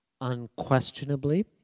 Unquestionably